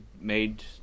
made